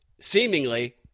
seemingly